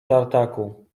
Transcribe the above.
tartaku